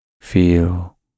feel